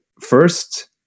first